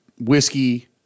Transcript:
whiskey